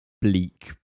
bleak